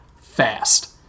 fast